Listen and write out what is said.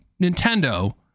nintendo